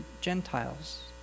Gentiles